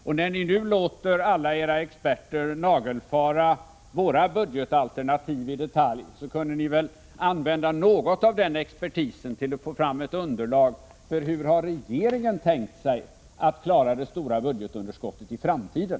Och när ni nu låter alla era experter nagelfara våra budgetalternativ i detalj kunde ni väl använda något av den expertisen till att få fram ett underlag för hur regeringen har tänkt sig att klara det stota budgetunderskottet i framtiden.